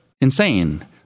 insane